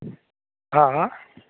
હા હા